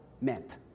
meant